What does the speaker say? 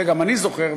זה גם אני זוכר,